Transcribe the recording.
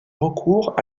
recours